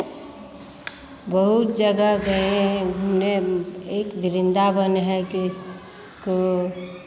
बहुत जगह गए हैं घूमने एक वृंदावन है किस को